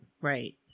Right